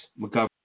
McGovern